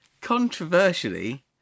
Controversially